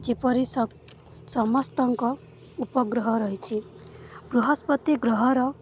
ଯେପରି ସମସ୍ତଙ୍କ ଉପଗ୍ରହ ରହିଛି ବୃହସ୍ପତି ଗ୍ରହର